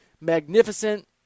magnificent